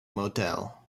motel